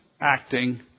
acting